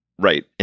right